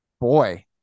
boy